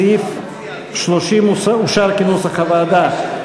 סעיף 30 אושר כנוסח הוועדה.